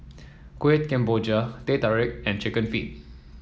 Kueh Kemboja Teh Tarik and chicken feet